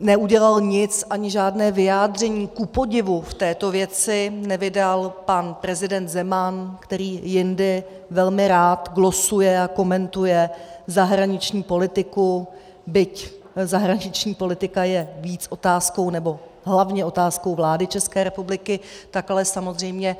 Neudělal nic, ani žádné vyjádření kupodivu v této věci nevydal pan prezident Zeman, který jindy velmi rád glosuje a komentuje zahraniční politiku, byť zahraniční politika je víc otázkou, nebo hlavně otázkou vlády České republiky, tak ale samozřejmě